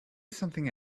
something